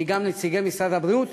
כי גם נציגי משרד הבריאות